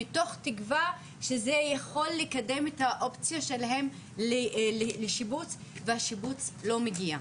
מתוך תקווה שזה יכול לקדם את האופציה שלהן לשיבוץ והשיבוץ לא מגיע.